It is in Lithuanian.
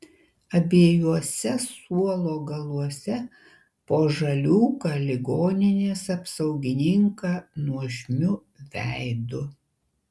abiejuose suolo galuose po žaliūką ligoninės apsaugininką nuožmiu veidu